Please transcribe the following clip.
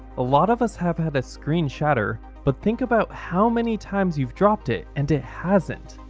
a lot of us have had a screen shatter but think about how many times you've dropped it and it hasn't.